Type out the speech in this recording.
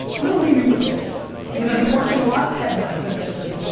let me leave you with this because i've been watching a lot of head nods in this room.